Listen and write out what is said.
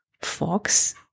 Fox